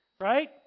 right